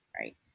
right